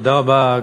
תודה רבה,